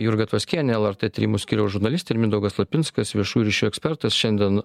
jurga tvaskienė lrt tyrimų skyriaus žurnalistė ir mindaugas lapinskas viešųjų ryšių ekspertas šiandien